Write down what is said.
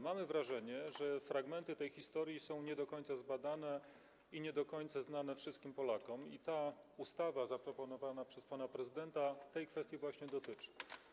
Mamy wrażenie, że fragmenty tej historii są nie do końca zbadane i nie do końca znane wszystkim Polakom i ta ustawa zaproponowana przez pana prezydenta właśnie tej kwestii dotyczy.